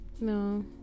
No